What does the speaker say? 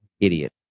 Idiot